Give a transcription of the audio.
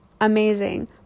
amazing